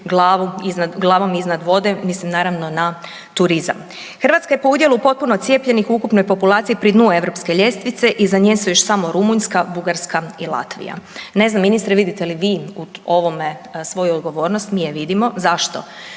glavom iznad vode, mislim naravno na turizam. Hrvatska je po udjelu potpuno cijepljenih u ukupnoj populaciji pri dnu europske ljestvice, iza nje su još samo Rumunjska, Bugarska i Latvija. Ne znam ministre vidite li vi u ovome svoju odgovornost, mi je vidimo. Zašto?